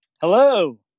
Hello